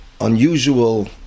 unusual